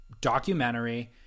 documentary